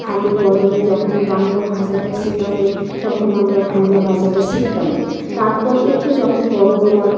হাতেকলমে যখন বাংলা ভাষাটা শেখাত তখন আমরা বাংলা ভাষাটা শিখতাম তারপর একটু যখন বড় হলাম